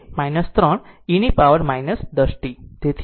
2 3 eની power 10 t